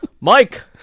Mike